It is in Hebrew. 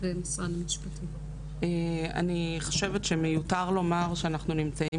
אני חושבת שמיותר לומר שאנחנו נמצאים